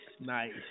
nice